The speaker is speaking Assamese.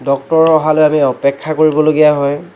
ডক্তৰ অহালৈ আমি অপেক্ষা কৰিবলগীয়া হয়